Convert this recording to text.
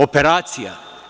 Operacija.